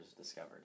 discovered